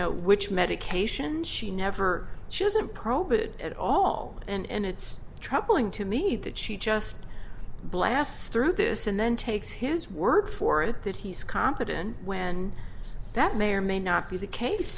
know which medication she never she doesn't probe it at all and it's troubling to me that she just blasts through this and then takes his word for it that he's competent when that may or may not be the case